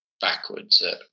backwards